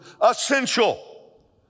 essential